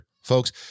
Folks